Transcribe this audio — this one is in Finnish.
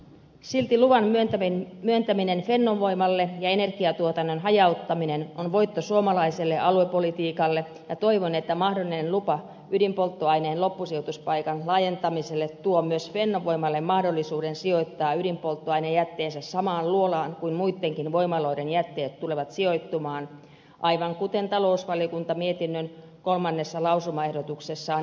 silti luvan myöntäminen fennovoimalle ja energiantuotannon hajauttaminen on voitto suomalaiselle aluepolitiikalle ja toivon että mahdollinen lupa ydinpolttoaineen loppusijoituspaikan laajentamiselle tuo myös fennovoimalle mahdollisuuden sijoittaa ydinpolttoainejätteensä samaan luolaan kuin muittenkin voimaloiden jätteet tulevat sijoittumaan aivan kuten talousvaliokunta mietinnön kolmannessa lausumaehdotuksessaan edellyttää